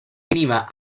veniva